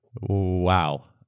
Wow